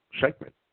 segment